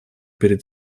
перед